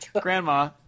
Grandma